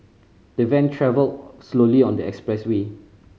the van travelled slowly on the expressway